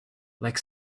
like